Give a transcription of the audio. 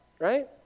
right